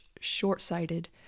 short-sighted